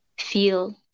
feel